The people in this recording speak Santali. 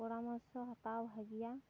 ᱯᱚᱨᱟᱢᱚᱨᱥᱚ ᱦᱟᱛᱟᱣ ᱵᱷᱟᱹᱜᱤᱭᱟ